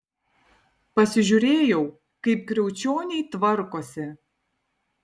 pasižiūrėjau kaip kriaučioniai tvarkosi